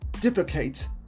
duplicate